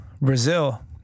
Brazil